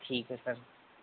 ठीक है सर